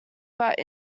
but